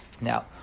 Now